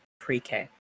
pre-K